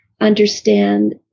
understand